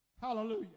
hallelujah